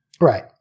Right